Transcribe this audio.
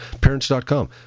Parents.com